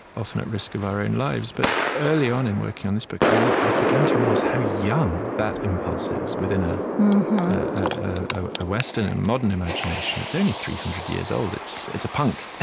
often at risk of our own lives. but early on in working on this book, i i began to realize how young that impulse is within ah a western and modern imagination. it's only three hundred years old. it's it's a punk.